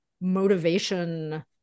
motivation